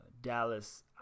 Dallas